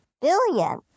Billion